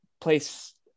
place